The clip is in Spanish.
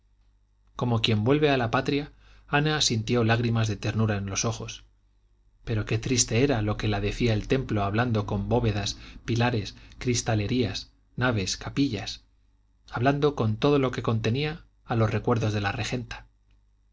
como quien vuelve a la patria ana sintió lágrimas de ternura en los ojos pero qué triste era lo que la decía el templo hablando con bóvedas pilares cristalerías naves capillas hablando con todo lo que contenía a los recuerdos de la regenta